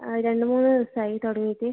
ആ രണ്ട് മൂന്ന് ദിവസം ആയി തുടങ്ങിയിട്ട്